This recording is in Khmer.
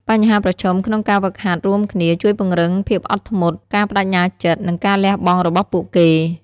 បញ្ហាប្រឈមក្នុងការហ្វឹកហាត់រួមគ្នាជួយពង្រឹងភាពអត់ធ្មត់ ការប្តេជ្ញាចិត្ត និងការលះបង់របស់ពួកគេ។